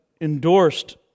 Endorsed